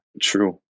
True